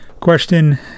Question